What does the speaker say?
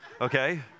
okay